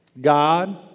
God